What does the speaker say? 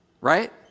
Right